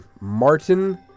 Martin